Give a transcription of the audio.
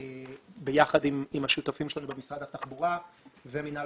ביחד עם השותפים שלנו במשרד התחבורה ומינהל